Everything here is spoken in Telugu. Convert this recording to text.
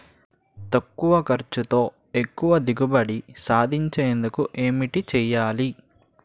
తక్కువ ఖర్చుతో ఎక్కువ దిగుబడి సాధించేందుకు ఏంటి చేయాలి?